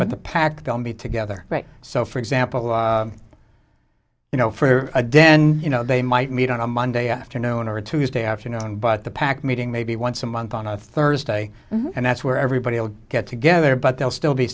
but the pack don't be together right so for example you know for a day and you know they might meet on a monday afternoon or a tuesday afternoon but the pack meeting maybe once a month on a thursday and that's where everybody will get together but they'll still be